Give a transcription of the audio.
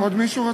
עוד מישהו רוצה?